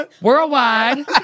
worldwide